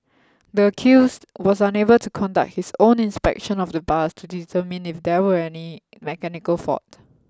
the accused was unable to conduct his own inspection of the bus to determine if there was any mechanical fault